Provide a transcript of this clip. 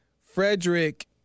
Frederick